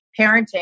parenting